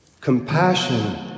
Compassion